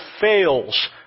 fails